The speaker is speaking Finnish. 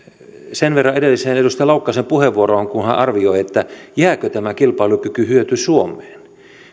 sen verran edelliseen edustaja laukkasen puheenvuoroon että kun hän arvioi jääkö tämä kilpailukykyhyöty suomeen